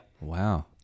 Wow